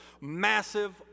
massive